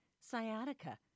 sciatica